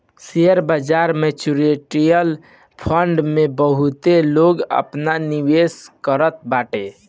share बाजार, mutual fund में बहुते लोग आपन निवेश करत बाटे